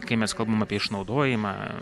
kai mes kalbam apie išnaudojimą